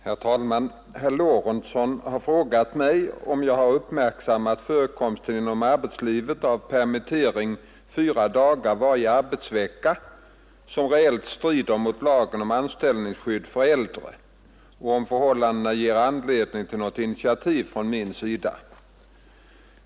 Herr talman! Herr Lorentzon har frågat mig om jag har uppmärksammat förekomsten inom arbetslivet av permittering fyra dagar varje arbetsvecka, som reellt strider mot lagen om anställningsskydd för äldre, och om förhållandet ger anledning till något initiativ från min sida.